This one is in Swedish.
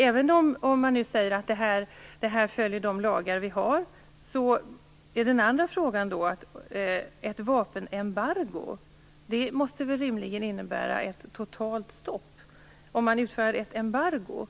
Även om man säger att detta följer de lagar som vi har är min andra fråga: Ett vapenembargo måste väl rimligen innebära ett totalt stopp? Om man utfärdar ett embargo